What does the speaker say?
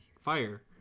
Fire